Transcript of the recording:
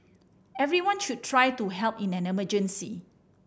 everyone should try to help in an emergency